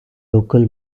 local